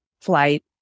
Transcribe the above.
flight